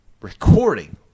recording